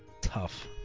tough